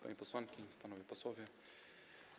Panie Posłanki i Panowie Posłowie!